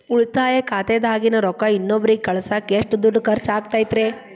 ಉಳಿತಾಯ ಖಾತೆದಾಗಿನ ರೊಕ್ಕ ಇನ್ನೊಬ್ಬರಿಗ ಕಳಸಾಕ್ ಎಷ್ಟ ದುಡ್ಡು ಖರ್ಚ ಆಗ್ತೈತ್ರಿ?